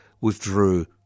withdrew